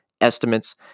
estimates